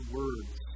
words